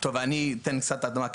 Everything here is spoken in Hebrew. אני אתן הקדמה.